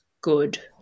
good